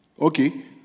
Okay